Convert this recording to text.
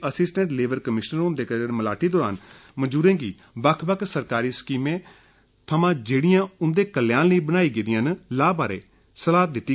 assistant labour commissioner होरें मलाटी दौरान मजूरें गी बक्ख बक्ख सरकारी स्कीमें थमां जेड़ियां उन्दे कल्याण लेई बनाई गेदिया न लाह् लैने बारै सला दित्ती